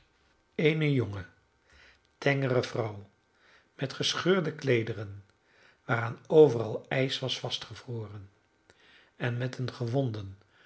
eene jonge tengere vrouw met gescheurde kleederen waaraan overal ijs was vastgevroren en met een gewonden